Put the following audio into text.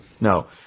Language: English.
No